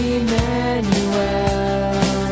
Emmanuel